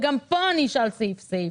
וגם פה אשאל על סעיף-סעיף,